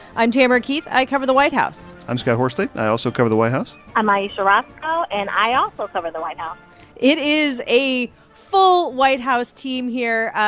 i'm tamara keith. i cover the white house i'm scott horsley. i also cover the white house i'm ayesha rascoe, and i also cover the white house it is a full white house team here.